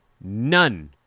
none